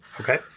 Okay